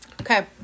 Okay